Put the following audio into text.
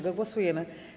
Głosujemy.